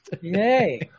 Yay